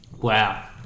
Wow